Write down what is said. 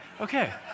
okay